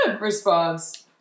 response